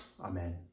Amen